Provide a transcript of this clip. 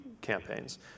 campaigns